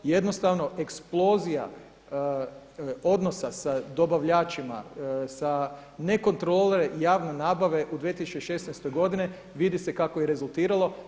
Jednostavno eksplozija odnosa sa dobavljačima, sa nekontrole javne nabave u 2016. vidi se kako je rezultiralo.